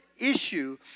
issue